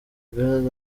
gaz